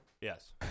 Yes